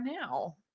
now